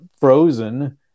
frozen